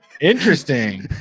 interesting